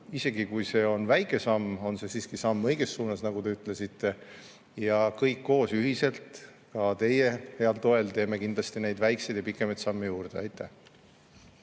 Isegi kui see on väike samm, on see siiski samm õiges suunas, nagu te ütlesite. Ja kõik koos ühiselt ja ka teie heal toel teeme kindlasti neid väikseid ja pikemaid samme juurde. Aitäh!